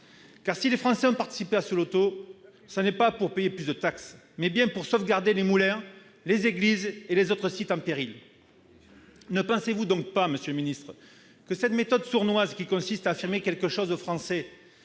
! Si les Français ont participé à ce loto, ce n'est pas pour payer plus de taxes, mais bien pour sauvegarder les moulins, les églises et autres sites en péril ! Ne pensez-vous pas que cette méthode sournoise qui consiste à affirmer une chose aux Français